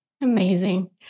Amazing